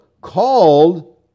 called